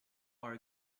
are